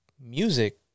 music